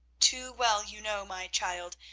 too well you know, my child,